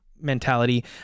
mentality